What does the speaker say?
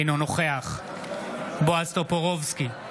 אינו נוכח בועז טופורובסקי,